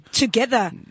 together